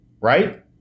right